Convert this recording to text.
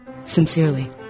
Sincerely